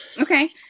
Okay